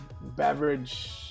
beverage